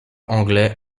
anglais